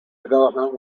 development